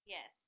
Yes